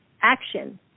action